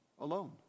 alone